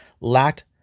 lacked